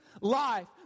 life